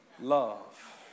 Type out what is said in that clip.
love